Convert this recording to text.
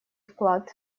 вклад